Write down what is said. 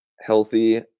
healthy